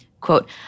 quote